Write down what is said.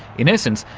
in essence,